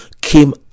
came